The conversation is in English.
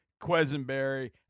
Quisenberry